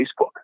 Facebook